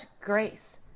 grace